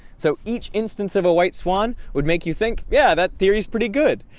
so, each instance of a white swan would make you think, yeah, that theory is pretty good.